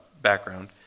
background